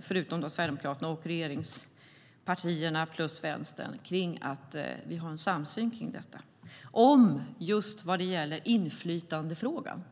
förutom Sverigedemokraterna, och regeringspartierna och Vänstern och att vi har en samsyn just om inflytandefrågan.